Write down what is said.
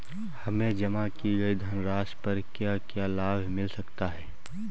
हमें जमा की गई धनराशि पर क्या क्या लाभ मिल सकता है?